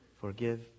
Forgive